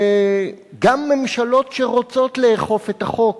גם ממשלות שרוצות לאכוף את החוק